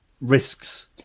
risks